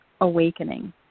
awakening